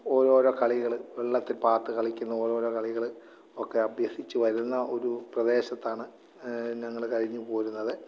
ഒരോരോ കളികള് വെള്ളത്തിൽ പാത്ത് കളിക്കുന്ന ഓരോരോ കളികള് ഒക്കെ അഭ്യസിച്ച് വരുന്ന ഒരു പ്രദേശത്താണ് ഞങ്ങള് കഴിഞ്ഞു പോരുന്നത്